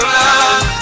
love